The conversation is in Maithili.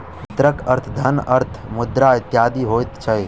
वित्तक अर्थ धन, अर्थ, मुद्रा इत्यादि होइत छै